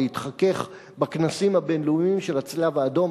להתחכך בכנסים הבין-לאומיים של הצלב-האדום,